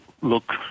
look